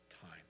time